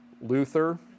Luther